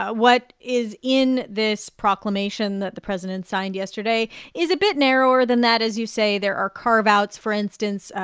ah what is in this proclamation that the president signed yesterday is a bit narrower than that. as you say, there are carve outs, for instance,